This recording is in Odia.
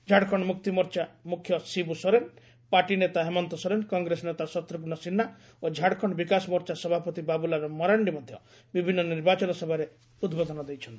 ଝାଡ଼ଖଣ୍ଡ ମୁକ୍ତିମୋର୍ଚ୍ଚା ମୁଖ୍ୟ ଶିବୁ ସୋରେନ୍ ପାର୍ଟି ନେତା ହେମନ୍ତ ସୋରେନ୍ କଂଗ୍ରେସ ନେତା ଶତ୍ରୁଘ୍ନ ସିହ୍ନା ଓ ଝାଡ଼ଖଣ୍ଡ ବିକାଶ ମୋର୍ଚ୍ଚା ସଭାପତି ବାବୁଲାଲ ମରାଣ୍ଡି ମଧ୍ୟ ବିଭିନ୍ନ ନିର୍ବାଚନ ସଭାରେ ଉଦ୍ବୋଧନ ଦେଇଛନ୍ତି